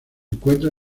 encuentra